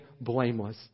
blameless